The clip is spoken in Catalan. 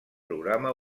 programa